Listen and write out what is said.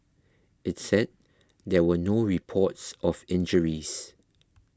its said there were no reports of injuries